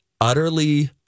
utterly